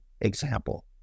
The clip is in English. example